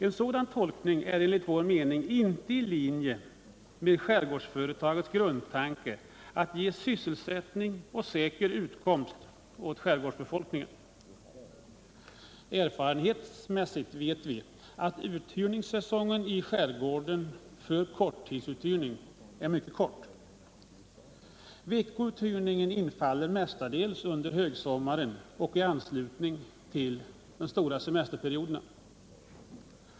En sådan tolkning överensstämmer, enligt vår åsikt, inte med skärgårdsföretagets grundtanke att ge sysselsättning och säker utkomst åt skärgårdsbefolkningen. Erfarenhetsmässigt vet vi att uthyrningssäsongen i skärgården när det gäller korttidsuthyrning verkligen är mycket kort. Veckouthyrningen infaller mestadels under högsommaren och i anslutning till den viktigaste semesterperioden.